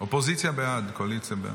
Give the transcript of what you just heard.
אופוזיציה בעד, קואליציה בעד.